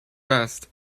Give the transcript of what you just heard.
vest